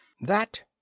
That